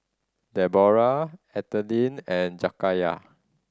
Deborah Ethelyn and Jakayla